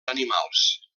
animals